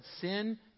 sin